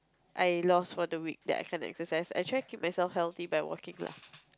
I lost for the week that I can't exercise I try keep myself healthy by walking lah